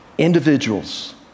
Individuals